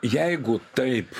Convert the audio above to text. jeigu taip